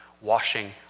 washing